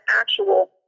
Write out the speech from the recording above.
actual